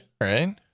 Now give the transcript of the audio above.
right